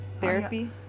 therapy